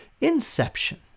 inception